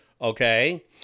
okay